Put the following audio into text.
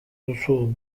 duzu